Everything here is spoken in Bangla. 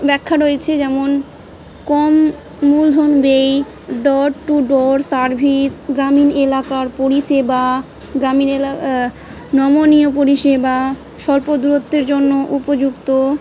ব্যাখ্যা রয়েছে যেমন কম মূলধন এই ডোর টু ডোর সার্ভিস গ্রামীণ এলাকার পরিষেবা গ্রামীণ নমনীয় পরিষেবা স্বল্প দূরত্বের জন্য উপযুক্ত